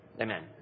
Amen